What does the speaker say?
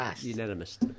unanimous